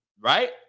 right